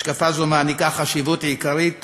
השקפה זו מעניקה חשיבות עיקרית